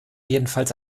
jedenfalls